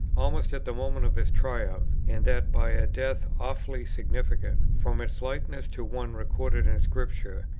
almost at the moment of his triumph, and that by a death awfully significant, from its likeness to one recorded in scripture,